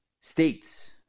states